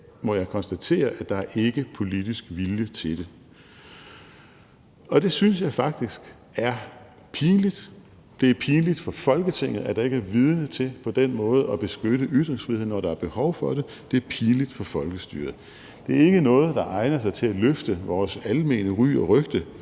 må jeg konstatere, at der ikke er politisk vilje til det. Og det synes jeg faktisk er pinligt. Det er pinligt for Folketinget, at der ikke er vilje til på den måde at beskytte ytringsfriheden, når der er behov for det. Det er pinligt for folkestyret. Det er ikke noget, der egner sig til at løfte vores almene ry og rygte